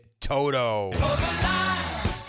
Toto